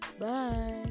Bye